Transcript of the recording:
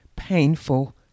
painful